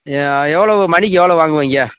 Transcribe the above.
அப்படியா எவ்வளோ மணிக்கு எவ்வளோவு வாங்குவீங்க